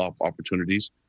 opportunities